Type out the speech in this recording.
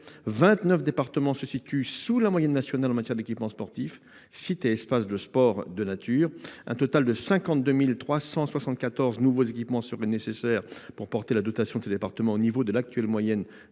départements se situent sous la moyenne nationale en matière d’équipements sportifs et de sites et espaces de sport de nature. Un total de 52 374 nouveaux équipements serait nécessaire pour porter la dotation de ces départements au niveau de l’actuelle moyenne